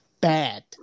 Bad